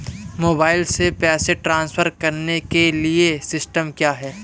Mobile से पैसे transfer करने के लिए सिस्टम क्या है?